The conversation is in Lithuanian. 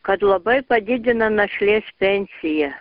kad labai padidina našlės pensiją